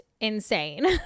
insane